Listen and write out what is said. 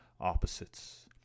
opposites